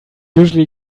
usually